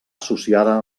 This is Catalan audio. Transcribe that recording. associada